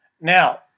Now